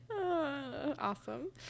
awesome